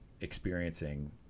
experiencing